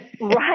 right